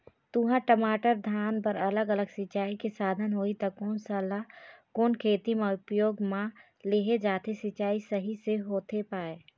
तुंहर, टमाटर, धान बर अलग अलग सिचाई के साधन होही ता कोन सा ला कोन खेती मा उपयोग मा लेहे जाथे, सिचाई सही से होथे पाए?